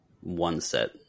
one-set